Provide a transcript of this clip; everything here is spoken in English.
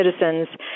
citizens